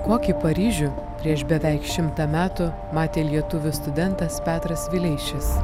kokį paryžių prieš beveik šimtą metų matė lietuvių studentas petras vileišis